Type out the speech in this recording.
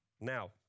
Now